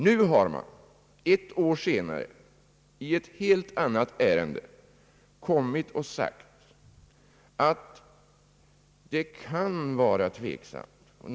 Nu har man ett år senare i ett helt annat ärende sagt att »det kan vara tveksamt» o. s. v.